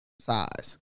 size